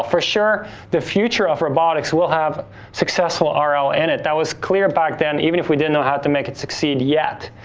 for sure the future of robotics will have successful ah rl in and it. that was clear back then even if we didn't know how to make it succeed yet.